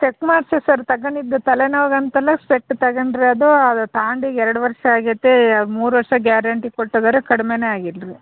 check ಮಾಡ್ಸ್ದೆ sir ತಗೊಂಡಿದ್ದು ತಲೆ ನೋವಿಗಂತಲೇ ಸ್ಪೆಕ್ಟ್ ತಗಂಡಿರದು ಅದು ತಗಂಡ್ ಈಗ ಎರಡು ವರ್ಷ ಆಗೈತೆ ಮೂರು ವರ್ಷ ಗ್ಯಾರಂಟಿ ಕೊಟ್ಟಿದಾರೆ ಕಡ್ಮೆ ಆಗಿಲ್ಲರೀ